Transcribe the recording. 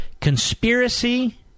Conspiracy